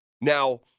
Now